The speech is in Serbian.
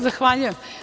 Zahvaljujem.